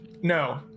no